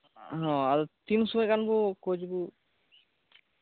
ᱦᱮᱸ ᱛᱤᱱ ᱥᱚᱢᱚᱭ ᱜᱟᱱ ᱵᱚᱱ ᱠᱳᱪ ᱵᱚ